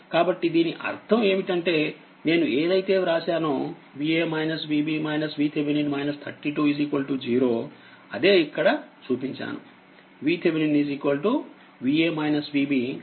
కాబట్టిదీని అర్థం ఏమిటంటే నేను ఏదైతే వ్రాసానోVa Vb VThevenin 320 అదే ఇక్కడ చూపించానుVThevenin Va Vb 32